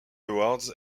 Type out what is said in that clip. awards